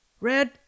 Red